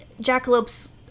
jackalopes